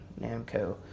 Namco